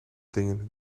dingen